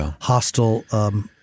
hostile